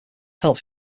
helps